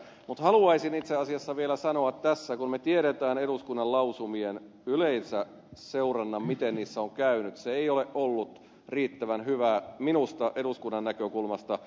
mutta haluaisin itse asiassa vielä sanoa tässä kun me tiedämme yleensä eduskunnan lausumien seurannan miten niissä on käynyt että se ei ole ollut minusta riittävän hyvää eduskunnan näkökulmasta